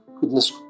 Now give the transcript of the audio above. Goodness